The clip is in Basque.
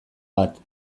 bat